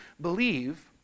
believe